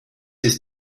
ist